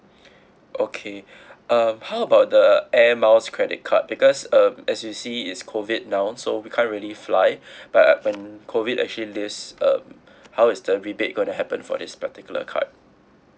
okay um how about the air miles credit card because um as you see it's COVID now so we can't really fly but when COVID actually leave um how is the rebate gonna to happen for this particular card